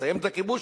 לסיים את הכיבוש,